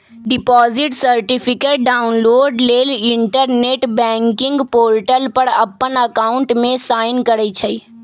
deposit certificate download लेल internet banking portal पर अप्पन अकाउंट में साइन करइ छइ